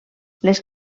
les